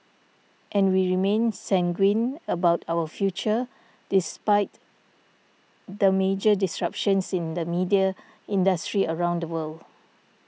and we remain sanguine about our future despite the major disruptions in the media industry around the world